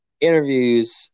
interviews